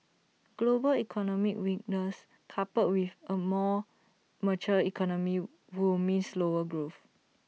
global economic weakness coupled with A more mature economy will mean slower growth